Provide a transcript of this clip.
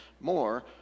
more